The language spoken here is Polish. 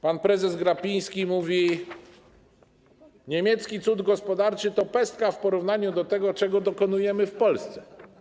Pan prezes Glapiński mówi: Niemiecki cud gospodarczy to pestka w porównaniu z tym, czego dokonujemy w Polsce.